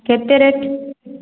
କେତେ ରେଟ୍